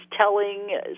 telling